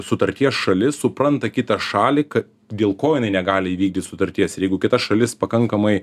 sutarties šalis supranta kitą šalį kad dėl ko jinai negali įvykdyt sutarties ir jeigu kita šalis pakankamai